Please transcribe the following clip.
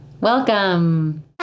Welcome